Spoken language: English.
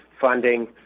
funding